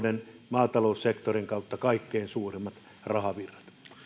maataloussektorin kautta kaikkein suurimmat rahavirrat